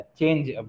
change